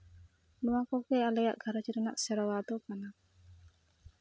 ᱱᱚᱣᱟ ᱠᱚᱜᱮ ᱟᱞᱮᱭᱟᱜ ᱜᱷᱟᱨᱚᱸᱡᱽ ᱨᱮᱱᱟᱜ ᱥᱮᱨᱣᱟ ᱫᱚ ᱠᱟᱱᱟ